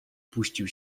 puścił